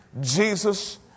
Jesus